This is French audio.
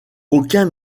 aucun